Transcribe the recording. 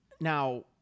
now